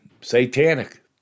satanic